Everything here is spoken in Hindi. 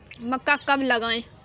मक्का कब लगाएँ?